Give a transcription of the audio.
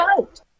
out